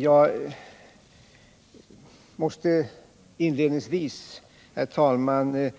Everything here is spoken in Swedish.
Jag måste dock inledningsvis, herr talman,